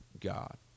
God